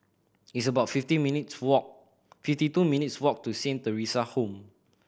it's about fifty minutes' walk fifty two minutes' walk to Saint Theresa Home